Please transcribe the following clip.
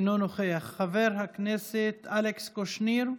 אינו נוכח, חבר הכנסת אלכס קושניר,